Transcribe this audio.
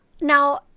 Now